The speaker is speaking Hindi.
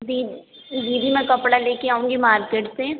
दी दीदी मैं कपड़ा लेकर आऊँगी मार्केट से